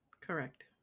Correct